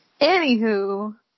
Anywho